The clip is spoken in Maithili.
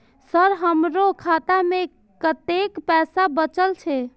सर हमरो खाता में कतेक पैसा बचल छे?